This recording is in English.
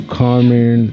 common